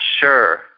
sure